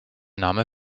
name